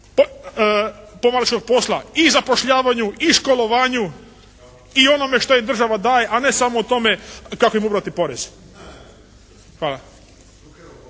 pomorskog posla i zapošljavanju i školovanju i onome što joj država daje, a ne samo u tome kako bi mogla ubrati porez. Hvala.